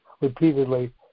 repeatedly